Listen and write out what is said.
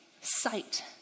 sight